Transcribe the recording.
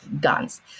guns